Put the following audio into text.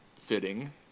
Fitting